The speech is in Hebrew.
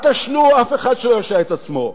ושאף אחד שלא ישלה את עצמו.